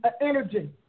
energy